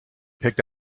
picked